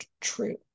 true